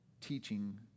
teaching